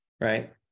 right